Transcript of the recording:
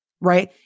Right